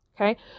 Okay